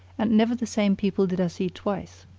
and never the same people did i see twice.